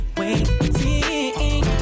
waiting